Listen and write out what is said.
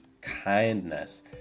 kindness